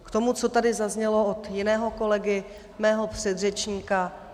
K tomu, co tady zaznělo od jiného kolegy, mého předřečníka.